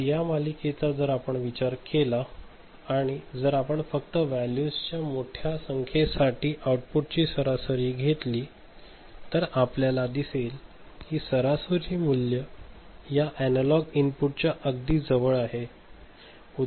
तर या मालिकेचा जर आपण विचार केला तर आणि जर आपण फक्त या व्हॅल्यूजच्या मोठ्या संख्येसाठी आउटपुटची सरासरी घेतली तर आपल्याला दिसेल की हे सरासरी मूल्य या एनालॉग इनपुटच्या अगदी जवळ आहे